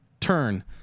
turn